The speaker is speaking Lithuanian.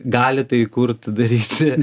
gali tai kurt daryti